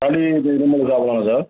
சளி இது இருமலுக்கு சாப்பிட்லாமா சார்